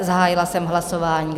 Zahájila jsem hlasování.